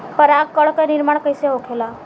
पराग कण क निर्माण कइसे होखेला?